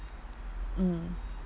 mm